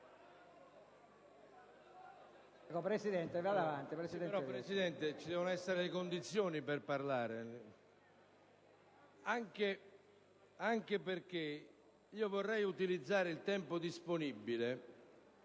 Presidente, ci devono essere le condizioni per parlare, anche perché vorrei utilizzare il tempo disponibile